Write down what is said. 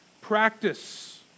practice